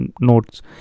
notes